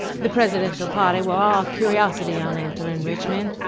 the presidential party were all curiosity on entering richmond.